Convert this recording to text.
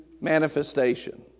manifestation